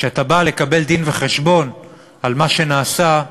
כשאתה בא לקבל דין-וחשבון על מה שנעשה,